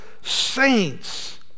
saints